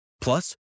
Plus